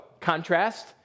contrast